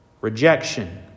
rejection